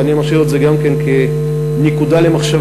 ואני משאיר את זה גם כן כנקודה למחשבה,